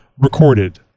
recorded